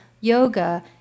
yoga